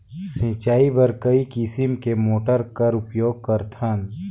सिंचाई बर कई किसम के मोटर कर उपयोग करथन?